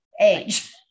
age